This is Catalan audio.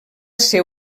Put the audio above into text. ser